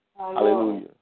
Hallelujah